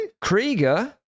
Krieger